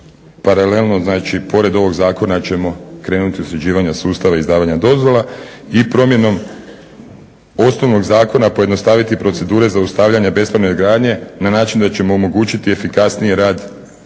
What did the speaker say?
Paralelno znači pored ovog zakona ćemo krenuti u sređivanje sustava izdavanja dozvola i promjenom osnovnog zakona pojednostaviti procedure zaustavljanja bespravne gradnje na način da ćemo omogućiti efikasniji rad